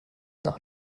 nach